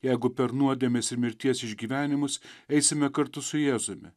jeigu per nuodėmės ir mirties išgyvenimus eisime kartu su jėzumi